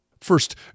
First